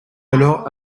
alors